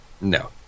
No